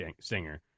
Stinger